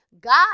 God